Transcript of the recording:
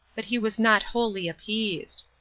but he was not wholly appeased.